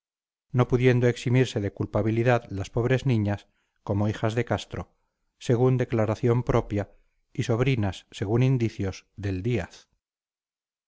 no pudiendo eximirse de culpabilidad las pobres niñas como hijas del castro según declaración propia y sobrinas según indicios del díaz